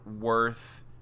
worth